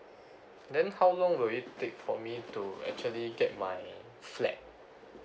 then how long will it take for me to actually get my flat